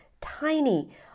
tiny